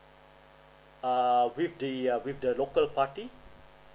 uh with the uh with the local party